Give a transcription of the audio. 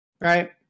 Right